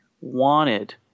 wanted